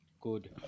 Good